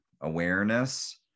awareness